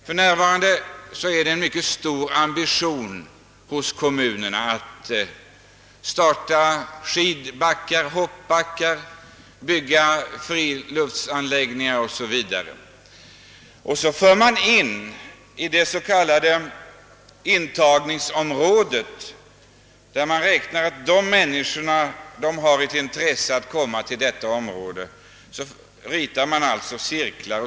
För närvarande visar kommunerna en mycket stor ambition i fråga om att starta skidbackar, hoppbackar, bygga friluftsanläggningar o. s. Vv. Därvid räknar med ett s.k. intagningsområde. Man räknar med vilka människor som har intresse av att komma till ett nytt område och ritar upp cirklar.